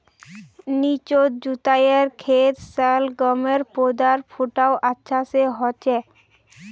निचोत जुताईर खेतत शलगमेर पौधार फुटाव अच्छा स हछेक